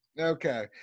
okay